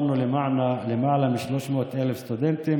יותר מ-300,000 סטודנטים,